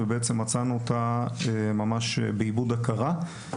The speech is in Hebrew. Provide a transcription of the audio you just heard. ומצאנו אותה ממש באיבוד הכרה.